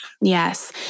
Yes